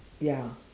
ya